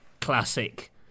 classic